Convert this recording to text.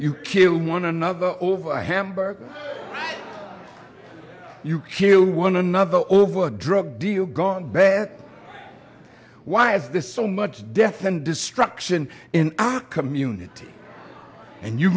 you kill one another over a hamburger you kill one another over a drug deal gone bad why is this so much death and destruction in our community and you're